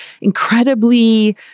incredibly